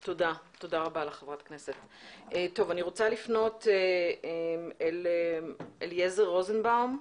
טוב, אני רוצה לפנות אל אליעזר רוזנבאום,